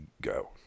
go